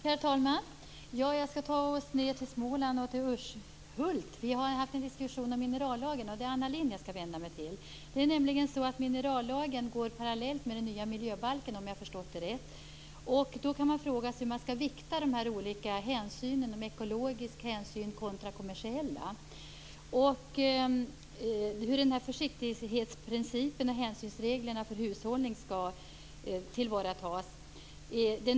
Herr talman! Nu skall vi ta oss ned till Småland och Urshult. Det har varit en diskussion om minerallagen. Jag vänder mig till Anna Lindh. Minerallagen går ju parallellt med den nya miljöbalken, om jag förstått det hela rätt. Man kan fråga sig hur de olika hänsynen, den ekologiska hänsynen kontra den kommersiella, skall viktas och hur försiktighetsprincipen och hänsynsreglerna för hushållning skall tillvaratas.